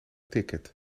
ticket